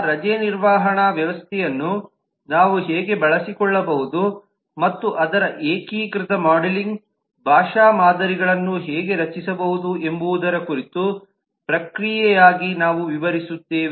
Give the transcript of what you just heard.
ಆ ರಜೆ ನಿರ್ವಹಣಾ ವ್ಯವಸ್ಥೆಯನ್ನು ನಾವು ಹೇಗೆ ಬಳಸಿಕೊಳ್ಳಬಹುದು ಮತ್ತು ಅದರ ಏಕೀಕೃತ ಮಾಡೆಲಿಂಗ್ ಭಾಷಾ ಮಾದರಿಗಳನ್ನು ಹೇಗೆ ರಚಿಸಬಹುದು ಎಂಬುದರ ಕುರಿತು ಪ್ರಕ್ರಿಯೆಯಾಗಿ ನಾವು ವಿವರಿಸುತ್ತೇವೆ